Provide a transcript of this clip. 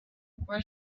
where